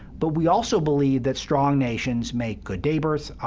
but we also believe that strong nations make good neighbors,